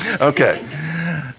Okay